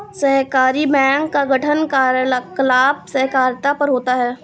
सहकारी बैंक का गठन कार्यकलाप सहकारिता पर होता है